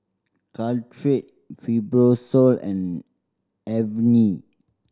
Caltrate Fibrosol and Avene